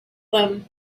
them